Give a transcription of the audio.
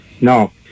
No